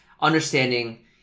understanding